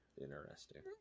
Interesting